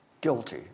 guilty